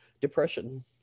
depression